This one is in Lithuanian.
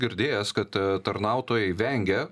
girdėjęs kad tarnautojai vengia